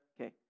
Okay